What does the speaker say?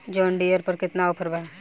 John Deere पर केतना offer बा?